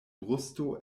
brusto